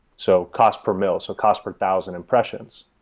so cost per mill, so cost per thousand impression. so